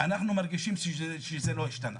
אנחנו מרגישים שזה לא השתנה.